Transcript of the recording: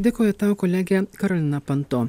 dėkoju tau kolegė karolina panto